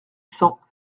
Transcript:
cents